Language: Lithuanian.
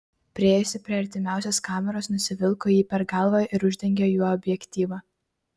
priėjusi prie artimiausios kameros nusivilko jį per galvą ir uždengė juo objektyvą